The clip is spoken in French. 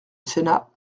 sénat